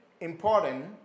important